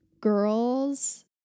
girls